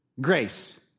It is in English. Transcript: Grace